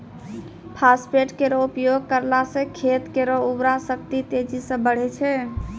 phosphate केरो उपयोग करला सें खेत केरो उर्वरा शक्ति तेजी सें बढ़ै छै